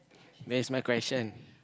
next my question